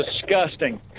disgusting